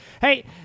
Hey